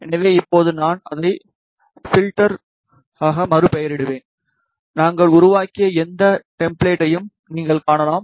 எனவே இப்போது நான் அதை ஃப்ல்டராக மறுபெயரிடுவேன் நாங்கள் உருவாக்கிய எந்த டெம்ப்ளேட்டையும் நீங்கள் காணலாம்